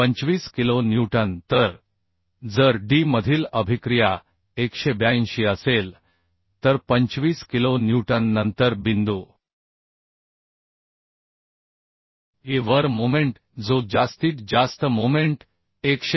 25 kilo newton तर जर D मधील अभिक्रिया 182 असेल तर 25 किलो न्यूटन नंतर बिंदू E वर मोमेंट जो जास्तीत जास्त मोमेंट 182